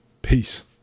Peace